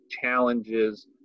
challenges